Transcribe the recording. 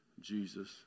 Jesus